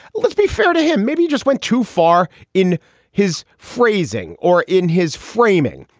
let's be fair to him. maybe you just went too far in his phrasing or in his framing.